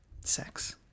sex